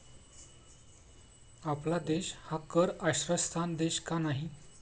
आपला देश हा कर आश्रयस्थान देश का नाही?